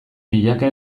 milaka